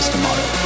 tomorrow